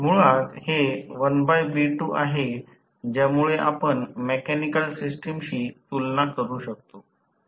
मुळात हे 1B2 आहे ज्यामुळे आपण मेकॅनिकल सिस्टमशी तुलना करू शकतो